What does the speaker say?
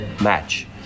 match